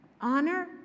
honor